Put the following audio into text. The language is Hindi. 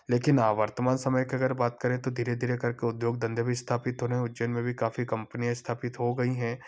लेकिन वर्तमान समय की अगर बात करें तो धीरे धीरे करके उद्योग धंधे भी स्थापित हो रहे हैं उज्जैन में भी काफ़ी कम्पनियाँ स्थापित हो गई हैं